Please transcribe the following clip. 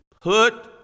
put